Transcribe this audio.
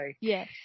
yes